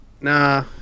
Nah